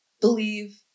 believe